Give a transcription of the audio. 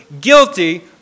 guilty